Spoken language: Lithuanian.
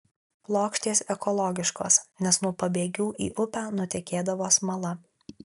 plokštės ekologiškos nes nuo pabėgių į upę nutekėdavo smala